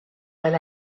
fel